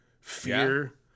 fear